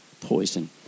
poison